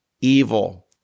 evil